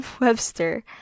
Webster